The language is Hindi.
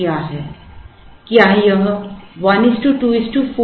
क्या यह 1 2 4 है या 1 2 2 है